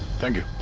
thank you.